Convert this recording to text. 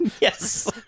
Yes